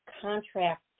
contract